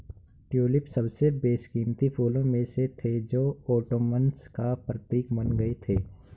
tulip सबसे बेशकीमती फूलों में से थे जो ओटोमन्स का प्रतीक बन गए थे